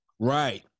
Right